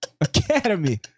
Academy